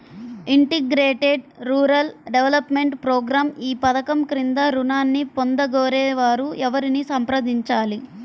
Integrated rural development program ఈ పధకం క్రింద ఋణాన్ని పొందగోరే వారు ఎవరిని సంప్రదించాలి?